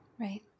Right